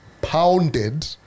Pounded